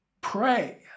Pray